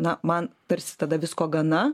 na man tarsi tada visko gana